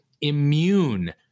immune